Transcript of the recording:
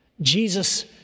Jesus